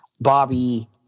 Bobby